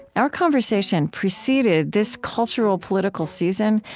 our conversation preceded this cultural-political season,